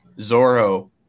Zoro